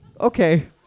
okay